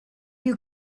you